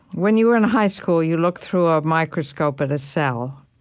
when you were and high school, you looked through a microscope at a cell,